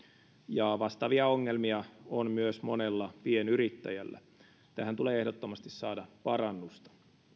ja vastaavia ongelmia on myös monella pienyrittäjällä tähän tulee ehdottomasti saada parannusta